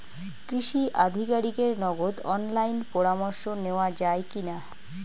কৃষি আধিকারিকের নগদ অনলাইন পরামর্শ নেওয়া যায় কি না?